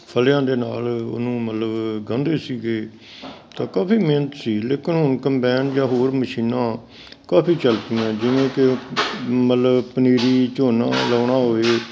ਫਲਿਆਂ ਦੇ ਨਾਲ ਉਹਨੂੰ ਮਤਲਬ ਗਾਂਹਦੇ ਸੀਗੇ ਤਾਂ ਕਾਫੀ ਮਿਹਨਤ ਸੀ ਲੇਕਿਨ ਹੁਣ ਕੰਬੈਨ ਜਾਂ ਹੋਰ ਮਸ਼ੀਨਾਂ ਕਾਫੀ ਚੱਲ ਪਈਆਂ ਜਿਵੇਂ ਕਿ ਮਤਲਬ ਪਨੀਰੀ ਝੋਨਾ ਲਾਉਣਾ ਹੋਵੇ